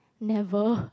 never